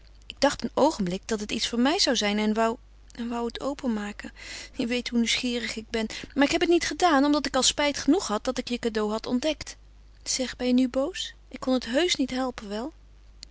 ik dacht een oogenblik dat het iets voor mij zou zijn en wou en wou het openmaken je weet hoe nieuwsgierig ik ben maar ik heb het niet gedaan omdat ik al spijt genoeg had dat ik je cadeau had ontdekt zeg ben je nu boos ik kon het heusch niet helpen wel